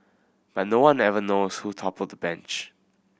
but nobody ever knows who toppled the bench